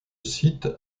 site